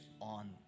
on